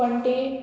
पण्टें